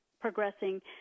progressing